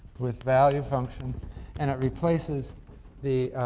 with value function and replaces the